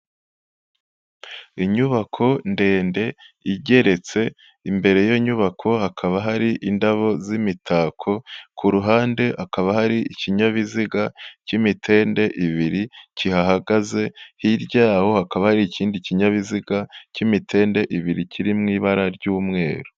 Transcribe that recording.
Inyubako ndende igeretse, imbere y'iyo nyubako hakaba hari indabo z'imitako, ku ruhande hakaba hari ikinyabiziga cy'imitende ibiri kihahagaze, hirya yaho hakaba hari ikindi kinyabiziga cy'imitende ibiri kiri mu ibara ry'umweru.